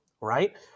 right